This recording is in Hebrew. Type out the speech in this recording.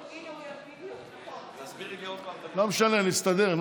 לא משנה, נסתדר.